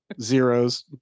zeros